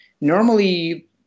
Normally